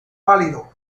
pálido